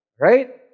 right